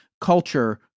culture